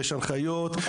יש הנחיות,